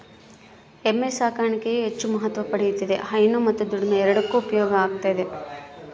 ಎಮ್ಮೆ ಸಾಕಾಣಿಕೆಯು ಹೆಚ್ಚು ಮಹತ್ವ ಪಡೆಯುತ್ತಿದೆ ಹೈನು ಮತ್ತು ದುಡಿಮೆ ಎರಡಕ್ಕೂ ಉಪಯೋಗ ಆತದವ